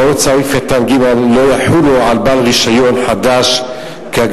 הוראות סעיף קטן (ג) לא יחולו על בעל רשיון חדש כהגדרתו